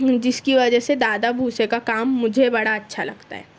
جس کی وجہ سے دادا بھوسے کا کام مجھے بڑا اچھا لگتا ہے